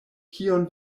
kion